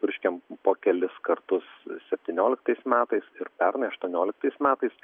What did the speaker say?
purškėm po kelis kartus septynioliktais metais ir pernai aštuonioliktais metais